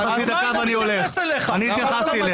--- הוא מתייחס אליי.